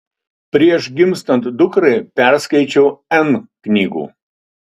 prieš gimstant dukrai perskaičiau n knygų